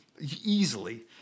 Easily